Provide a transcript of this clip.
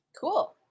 Cool